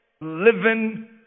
living